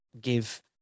give